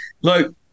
look